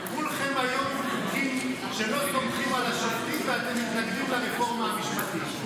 כולכם היום יודעים שלא סומכים על השופטים ואתם מתנגדים לרפורמה המשפטית.